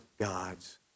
God's